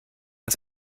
das